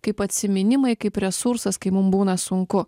kaip atsiminimai kaip resursas kai mums būna sunku